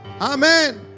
Amen